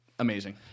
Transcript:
Amazing